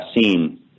seen